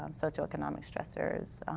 um socioeconomic stressor,